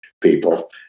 people